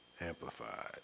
Amplified